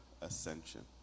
ascension